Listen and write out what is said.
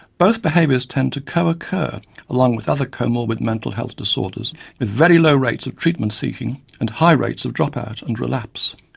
both behaviours tend to co-occur along with other co-morbid mental health disorders with very low rates of treatment seeking and high rates of drop out and relapse.